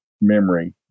memory